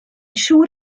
siŵr